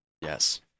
yes